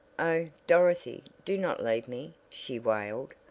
oh, dorothy, do not leave me, she wailed.